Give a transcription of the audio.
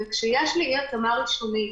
וכשיש לי אי-התאמה ראשונית,